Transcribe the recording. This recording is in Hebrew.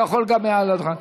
אתה יכול גם מעל הדוכן.